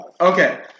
Okay